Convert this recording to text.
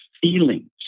feelings